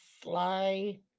fly